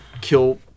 kill